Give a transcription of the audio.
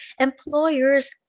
employers